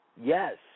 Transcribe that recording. Yes